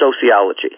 sociology